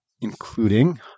including